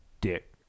Dick